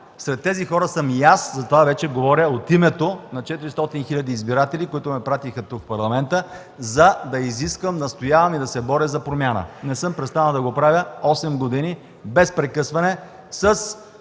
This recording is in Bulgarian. Сред тези хора съм и аз, затова вече говоря от името на четиристотин хиляди избиратели, които ме пратиха тук, в Парламента, за да изисквам, настоявам и да се боря за промяна. Не съм престанал да го правя осем години без прекъсване,